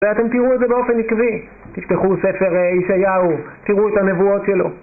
ואתם תראו את זה באופן עקבי, תפתחו ספר ישעיהו, תראו את הנבואות שלו